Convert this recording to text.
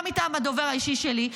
גם מטעם הדובר האישי שלי.